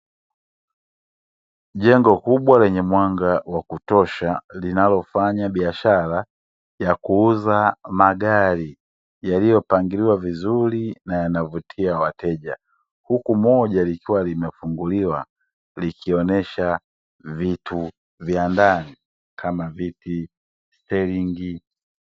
Jengo kubwa lenye mwanga wakutosha linalofanya biashara yakuuza magari yaliyopangiliwa vizuri na yanavutia wateja, huku moja likiwa limefunguliwa na kuonyesha vitu vya ndani kama viti, stelingi.